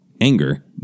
anger